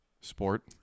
sport